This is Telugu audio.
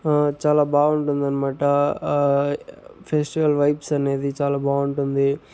చాలా బాగుంటుంది అనమాట ఫెస్టివల్ వైబ్స్ అనేది చాలా బాగుంటుంది